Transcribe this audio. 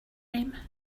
name